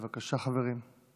בבקשה, חברים.